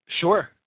Sure